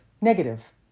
negative